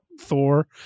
thor